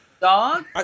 dog